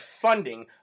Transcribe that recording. funding